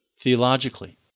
theologically